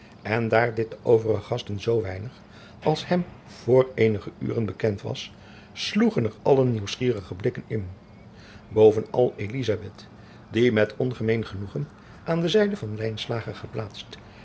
en daar dit de overige gasten zoo weinig als hem voor eenige uren bekend was sloegen er allen nieuwsgierige blikken in bovenal elizabeth die met ongemeen genoegen aan de zijde van lijnslager geplaatst